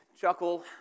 chuckle